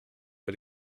but